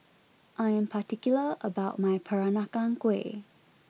I am particular about my Peranakan Kueh